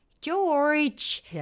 George